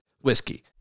Whiskey